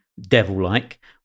devil-like